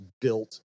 built